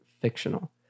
fictional